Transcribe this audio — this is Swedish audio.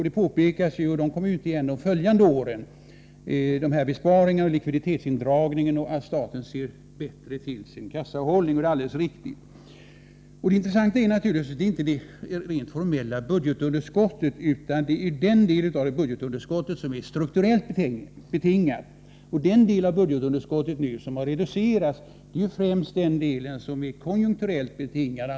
Det påpekas helt riktigt att dessa åtgärder — besparingarna, likviditetsindragningen och att staten bättre ser till sin kassahållning — inte kommer igen de följande åren. Det intressanta är naturligtvis inte det rent formella budgetunderskottet, utan den del av underskottet som är strukturellt betingad. Den del som nu har reducerats är den konjunkturellt betingade.